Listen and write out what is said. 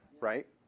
right